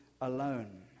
alone